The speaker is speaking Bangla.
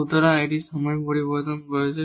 সুতরাং এটি সময় পরিবর্তন করছে